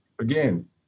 Again